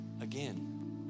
again